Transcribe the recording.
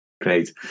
Great